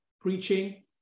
preaching